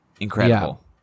Incredible